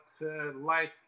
life